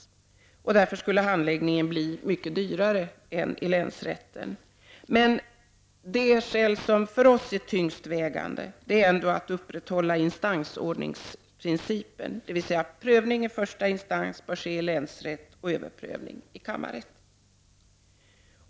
Handläggningen skulle därför bli mycket dyrare än vad den är i länsrätten. Men det för oss tyngst vägande skälet är att vi bör upprätthålla instansordningsprincipen, dvs. att prövningen i första instans bör ske i länsrätt och överprövningen i kammarrätt.